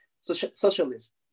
Socialist